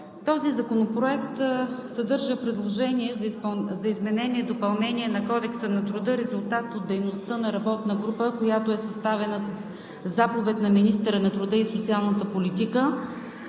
Този законопроект съдържа предложение за изменение и допълнение на Кодека на труда, резултат от дейността на работна група, която е съставена със заповед на министъра на труда и социалната политика,